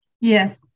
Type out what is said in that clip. Yes